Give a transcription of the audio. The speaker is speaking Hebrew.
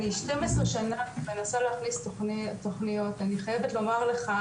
אני 12 שנה מנסה להכניס תוכניות למחוז,